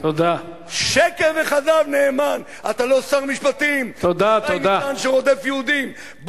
שקר וכזב, נאמן, אתה לא שר משפטים, רודף יהודים.